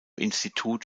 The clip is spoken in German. institut